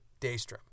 Daystrom